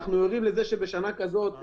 אנחנו ערים לזה שבשנה כזאת,